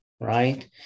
right